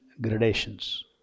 gradations